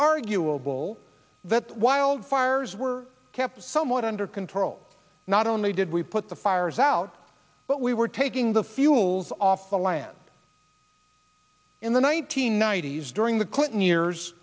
arguable that wildfires were kept somewhat under control not only did we put the fires out but we were taking the fuels off the land in the one nine hundred ninety s during the clinton years